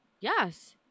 Yes